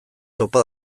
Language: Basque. topa